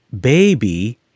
baby